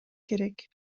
керек